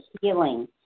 healing